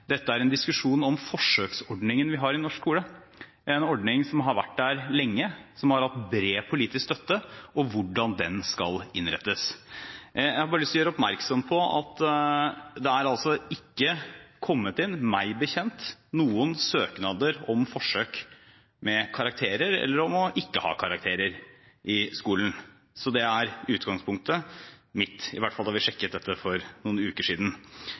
Dette er en diskusjon om forsøksordningen vi har i norsk skole, en ordning som har vært der lenge, som har hatt bred politisk støtte, og om hvordan den skal innrettes. Jeg har bare lyst til å gjøre oppmerksom på at det, meg bekjent, ikke har kommet inn noen søknader om forsøk med karakterer – eller om ikke å ha karakterer – i skolen. Det er utgangspunktet mitt, iallfall da vi sjekket dette for noen uker siden.